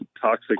toxic